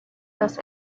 this